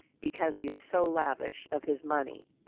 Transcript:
because he is so lavish of his money.